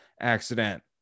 accident